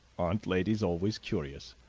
aren't ladies always curious?